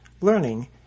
learning